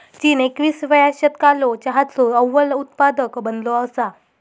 चीन एकविसाव्या शतकालो चहाचो अव्वल उत्पादक बनलो असा